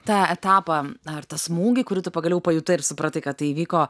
tą etapą ar tą smūgį kurį tu pagaliau pajutai ir supratai kad tai įvyko